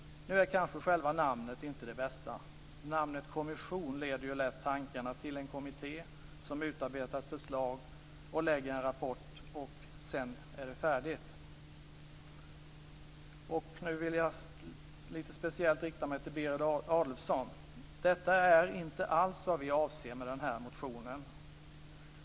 Nu är kanske detta namn inte det bästa. Termen kommission leder ju lätt tankarna till en kommitté som utarbetar ett förslag och lägger fram en rapport - sedan är det färdigt. Jag vill nu speciellt rikta mig till Berit Adolfsson. Detta är inte alls vad vi avser med vår motion.